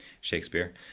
Shakespeare